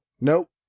Nope